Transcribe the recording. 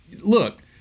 Look